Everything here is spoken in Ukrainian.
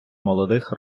молодих